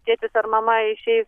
tėtis ar mama išeis